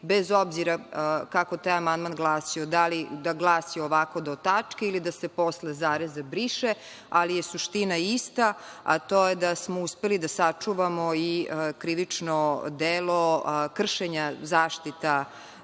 bez obzira kako taj amandman glasio, da li da glasi ovako do tačke, ili da se posle zareza briše, ali je suština ista, a to je da smo uspeli da sačuvamo i krivično delo, kršenja zaštita